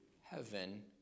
heaven